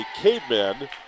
cavemen